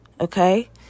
okay